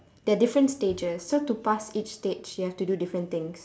there are different stages so to pass each stage you have to do different things